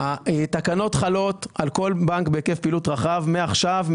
התקנות חלות על כל בנק בהיקף פעילות רחב מעכשיו,